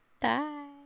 Bye